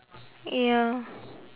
ya